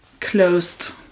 closed